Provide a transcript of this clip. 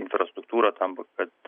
infrastruktūrą tam vat kad